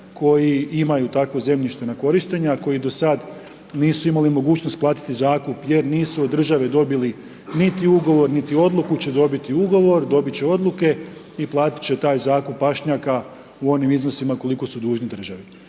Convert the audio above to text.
koji imaju takvo zemljište na korištenje, a koji do sad nisu imali mogućnost platiti zakup jer nisu od države dobili niti ugovor, niti odluku će dobiti ugovor, dobit će odluke i platiti će taj zakup pašnjaka u onim iznosima koliko su dužni državi.